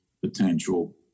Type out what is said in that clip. potential